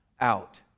out